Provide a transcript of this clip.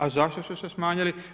A zašto su se smanjili?